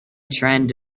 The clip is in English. trend